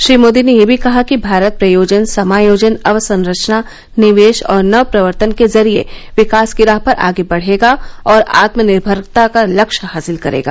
श्री मोदी ने यह भी कहा कि भारत प्रयोजन समायोजन अवसंरचना नियेश और नवप्रवर्तन के जरिये विकास की राह पर आगे बढ़ेगा और आत्मनिर्भरता का लक्ष्य हासिल करेगा